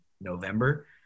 November